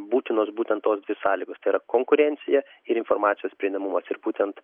būtinos būtent tos dvi sąlygos tai yra konkurencija ir informacijos prieinamumas ir būtent